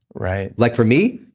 right like for me,